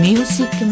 Music